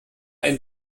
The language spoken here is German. ein